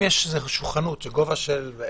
אם יש חנות בגובה 8,